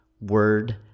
word